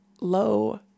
low